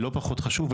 לא פחות חשוב,